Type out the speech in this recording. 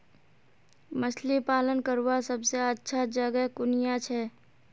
मछली पालन करवार सबसे अच्छा जगह कुनियाँ छे?